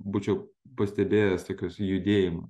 būčiau pastebėjęs tokios judėjimą